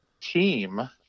team